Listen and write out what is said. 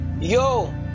Yo